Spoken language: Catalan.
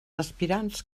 aspirants